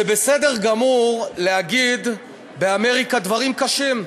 זה בסדר גמור להגיד באמריקה דברים קשים,